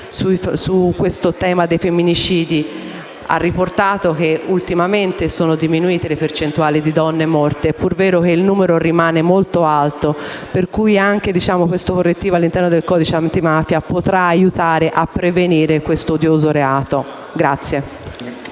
prefetto Gabrielli ha riportato che ultimamente è diminuita la percentuale di donne uccise. È pur vero che il numero rimane molto alto, per cui anche questo correttivo all'interno del codice antimafia potrà aiutare a prevenire questo odioso reato.